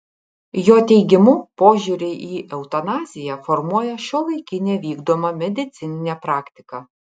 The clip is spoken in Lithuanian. jo teigimu požiūrį į eutanaziją formuoja šiuolaikinė vykdoma medicininė praktika